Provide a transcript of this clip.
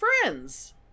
friends